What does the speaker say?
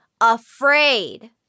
afraid